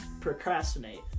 procrastinate